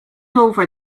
over